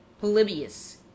Polybius